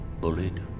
bullied